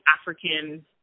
African